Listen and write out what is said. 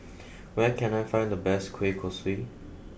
where can I find the best Kueh Kosui